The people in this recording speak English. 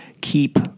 keep